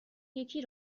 یکی